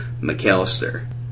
McAllister